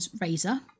razor